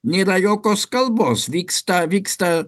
nėra jokios kalbos vyksta vyksta